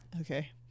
Okay